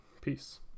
Peace